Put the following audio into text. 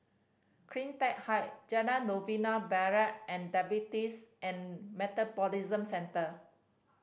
Cleantech Height Jalan Novena Barat and Diabetes and Metabolism Centre